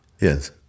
Yes